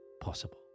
possible